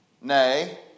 nay